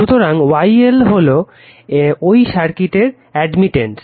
সুতরাং YL হলো ওই সার্কিট অ্যাডমিটেন্স